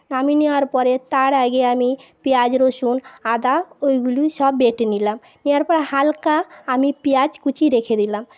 নামিয়ে নেওয়ার পরে তার আগে আমি পেঁয়াজ রসুন আদা ওইগুলি সব বেটে নিলাম নেওয়ার পর হালকা আমি পেঁয়াজ কুচি রেখে দিলাম